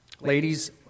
Ladies